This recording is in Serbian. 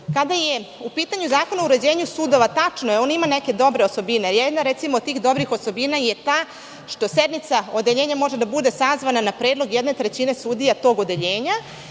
je u pitanju Zakon o uređenju sudova, tačno je, on ima neke dobre osobine. Recimo, jedna od tih dobrih osobina je ta što sednica odeljenja može da bude sazvana na predlog jedne trećine sudija tog odeljenja.